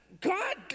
God